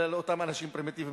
לאותם אנשים פרימיטיבים.